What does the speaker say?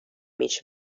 هیچ